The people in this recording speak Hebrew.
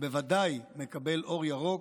ובוודאי מקבל אור ירוק,